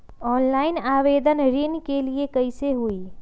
Online आवेदन ऋन के लिए कैसे हुई?